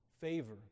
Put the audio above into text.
Favor